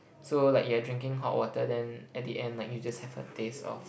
so like you're drinking hot water then at the end like you just have a taste of